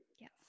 Yes